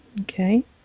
Okay